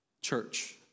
church